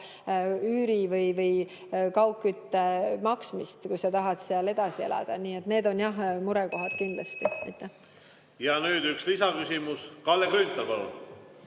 üüri või kaugkütte eest maksmist, kui sa tahad seal edasi elada. Nii et need on murekohad kindlasti. Ja nüüd üks lisaküsimus. Kalle Grünthal,